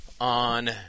on